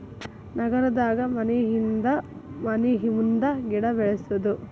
ನಗರದಾಗ ಮನಿಹಿಂದ ಮನಿಮುಂದ ಗಿಡಾ ಬೆಳ್ಸುದು